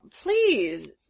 Please